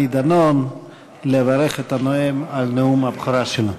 דנון לברך את הנואם על נאום הבכורה שלו.